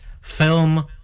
film